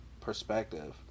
perspective